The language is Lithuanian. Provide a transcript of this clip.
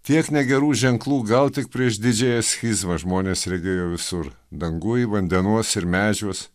tiek negerų ženklų gal tik prieš didžiąja schizmą žmonės regėjo visur danguj vandenuos ir medžiuos